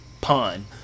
pun